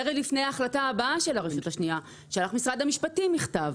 ערב לפני ההחלטה הבאה של הרשות השנייה שלח משרד המשפטים מכתב.